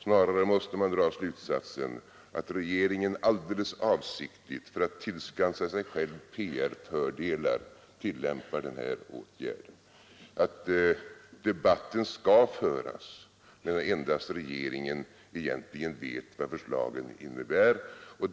Snarare måste man dra slutsatsen att regeringen alldeles avsiktligt, för att tillskansa sig själv PR-fördelar, tillämpar den här metoden: att debatten skall föras när endast regeringen vet vad förslagen innebär.